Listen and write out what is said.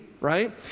right